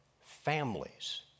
families